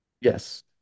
Yes